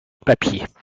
papier